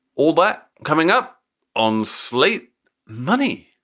all but coming up on slate money.